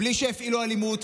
בלי שהפעילו אלימות,